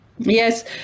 Yes